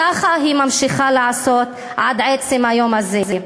ככה היא ממשיכה לעשות עד עצם היום הזה.